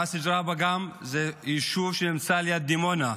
גם ראס ג'ראבה, זה יישוב שנמצא ליד דימונה,